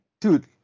Dude